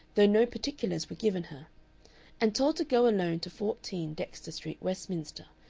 though no particulars were given her and told to go alone to fourteen, dexter street, westminster,